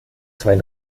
zwei